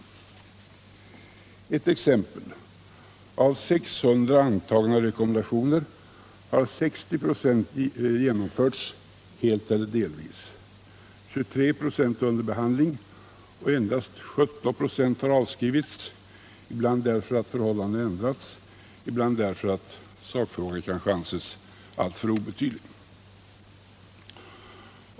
Låt mig anföra ett exempel: Av 600 antagna rekommendationer har 60 26 genomförts helt eller delvis, 23 96 är under behandling och endast 17 96 har avskrivits, ibland därför att förhållandena har ändrats och ibland därför att sakfrågorna bedömts som alltför obetydliga.